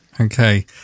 Okay